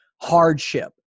hardship